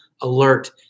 alert